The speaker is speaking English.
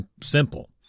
simple